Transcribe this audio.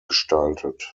gestaltet